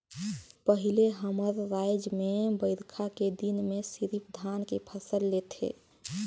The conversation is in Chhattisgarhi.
पहिले हमर रायज में बईरखा के दिन में सिरिफ धान के फसल लेथे